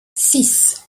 six